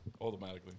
automatically